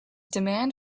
demand